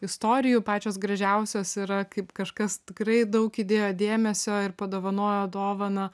istorijų pačios gražiausios yra kaip kažkas tikrai daug įdėjo dėmesio ir padovanojo dovaną